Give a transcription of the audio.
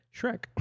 Shrek